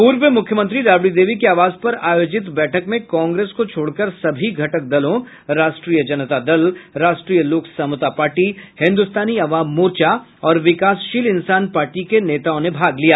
पूर्व मुख्यमंत्री राबड़ी देवी के आवास पर आयोजित बैठक में कांग्रेस को छोड़कर सभी घटक दलों राष्ट्रीय जनता दल राष्ट्रीय लोक समता पार्टी हिन्दुस्तानी अवाम मोर्चा और विकासशील इंसान पार्टी के नेताओं ने भाग लिया